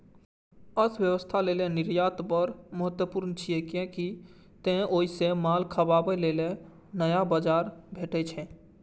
अर्थव्यवस्था लेल निर्यात बड़ महत्वपूर्ण छै, कियै तं ओइ सं माल खपाबे लेल नया बाजार भेटै छै